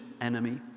enemy